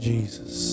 Jesus